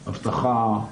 אבטחה,